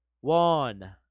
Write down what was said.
one